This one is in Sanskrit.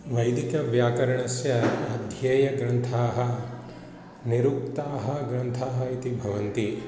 वैदिकव्याकरणस्य अध्येयाः ग्रन्थाः निरुक्ताः ग्रन्थाः इति भवन्ति